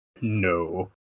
No